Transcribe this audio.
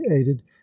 aided